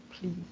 please